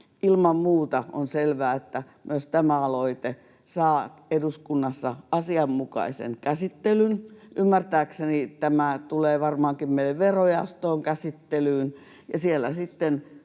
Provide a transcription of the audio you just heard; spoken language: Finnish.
ilman muuta on selvää, että myös tämä aloite saa eduskunnassa asianmukaisen käsittelyn. Ymmärtääkseni tämä tulee varmaankin meille verojaostoon käsittelyyn,